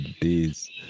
days